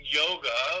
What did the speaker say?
yoga